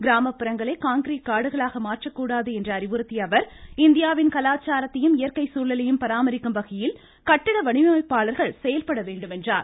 கிராமப்புறங்களை concrete காடுகளாக மாற்றக்கூடாது என்று அறிவுறுத்திய அவர் இந்தியாவின் கலாச்சாரத்தையும் இயற்கை சூழலையும் பராமரிக்கும் வகையில் கட்டிட வடிவமைப்பாளர்கள் செயல்பட வேண்டும் என்றார்